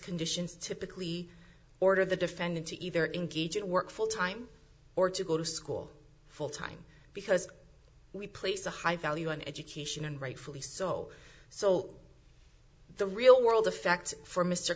conditions typically order the defendant to either engage in work full time or to go to school full time because we place a high value on education and rightfully so so the real world effect for m